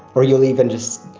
or you even just,